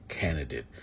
candidate